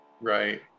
Right